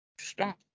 stop